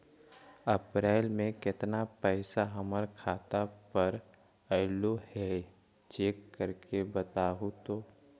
अप्रैल में केतना पैसा हमर खाता पर अएलो है चेक कर के बताहू तो?